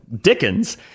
Dickens